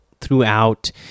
throughout